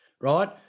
right